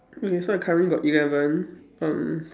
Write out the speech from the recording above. okay so I currently got eleven um